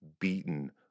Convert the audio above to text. beaten